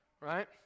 right